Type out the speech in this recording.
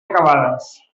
acabades